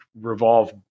revolve